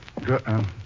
Good